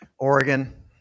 Oregon